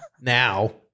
Now